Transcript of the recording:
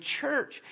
church